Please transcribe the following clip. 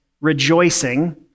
rejoicing